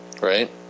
Right